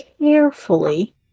carefully